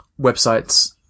websites